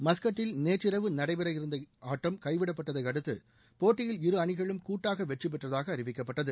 மஸ்கட்டில் நேற்றிரவு நடைபெறவிருந்த இருந்த ஆட்டம் கைவிடப்பட்டதை அடுத்து போட்டியில் இரு அணிகளும் கூட்டாக வெற்றி பெற்றதாக அறிவிக்கப்பட்டது